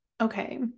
okay